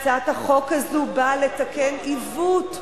הצעת החוק הזו באה לתקן עיוות,